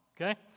Okay